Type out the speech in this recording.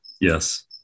Yes